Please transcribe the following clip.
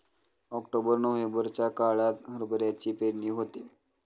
October नोव्हेंबरच्या काळात हरभऱ्याची पेरणी होते